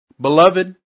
Beloved